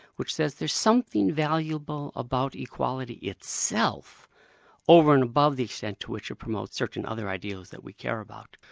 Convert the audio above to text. which says there's something valuable about equality itself over and above the extent to which it promotes certain other ideals that we care about.